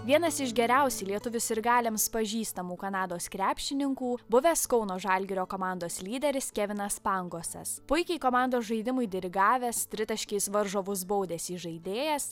vienas iš geriausių lietuvių sirgaliams pažįstamų kanados krepšininkų buvęs kauno žalgirio komandos lyderis kevinas pangosas puikiai komandos žaidimui dirigavęs tritaškiais varžovus baudęs įžaidėjas